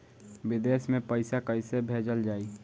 विदेश में पईसा कैसे भेजल जाई?